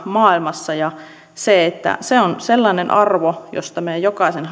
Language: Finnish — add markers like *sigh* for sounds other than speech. maailmassa se on sellainen arvo josta me jokainen *unintelligible*